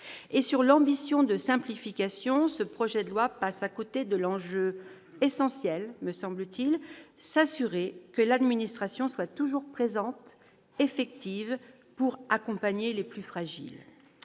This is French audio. sur l'ambition de simplification, ce projet de loi me semble passer à côté de l'enjeu essentiel : s'assurer que l'administration est toujours présente, effective, pour accompagner les plus fragiles.